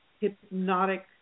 hypnotic